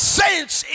saints